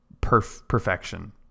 perfection